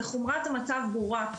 וחומרת המצב ברורה.